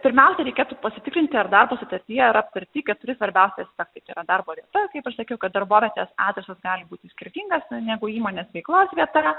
pirmiausia reikėtų pasitikrinti ar darbo sutartyje yra aptarti keturi svarbiausi aspektai tai yra darbo vieta kaip aš sakiau kad darbovietės adresas gali būti skirtingas na negu įmonės veiklos vieta